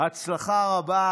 הצלחה רבה.